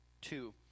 two